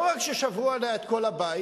לא רק ששברו עליה את כל הבית,